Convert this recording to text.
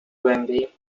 głębiej